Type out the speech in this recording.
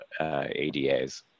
ADAs